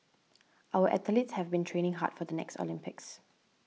our athletes have been training hard for the next Olympics